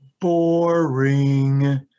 Boring